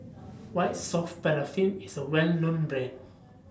White Soft Paraffin IS A Well known Brand